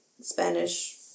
Spanish